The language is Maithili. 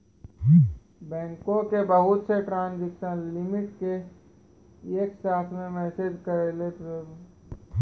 बैंको के बहुत से ट्रांजेक्सन लिमिट के एक साथ मे मैनेज करैलै हुवै छै